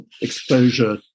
exposure